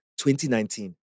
2019